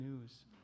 news